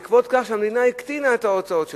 בעקבות זאת המדינה הקטינה את ההוצאות שלה.